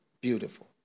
Beautiful